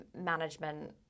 management